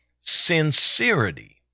sincerity